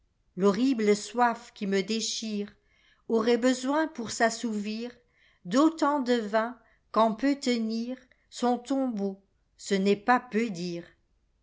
l'horrible soif qui me déchireaurait besoin pour s'assouvird'autant do vin qu'en peut tenirson tombeau ce n'est pas peu dire